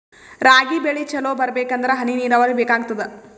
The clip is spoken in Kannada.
ರಾಗಿ ಬೆಳಿ ಚಲೋ ಬರಬೇಕಂದರ ಹನಿ ನೀರಾವರಿ ಬೇಕಾಗತದ?